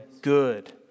good